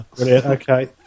okay